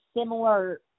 similar